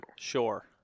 sure